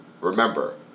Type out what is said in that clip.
Remember